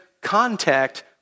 contact